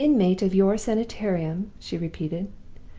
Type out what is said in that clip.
an inmate of your sanitarium? she repeated.